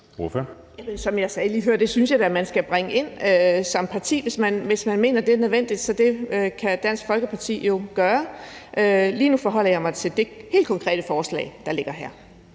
Som jeg sagde lige før, synes jeg da, at man skal bringe det ind som parti, hvis man mener, at det er nødvendigt. Så det kan Dansk Folkeparti jo gøre. Lige nu forholder jeg mig til det helt konkrete forslag, der ligger her.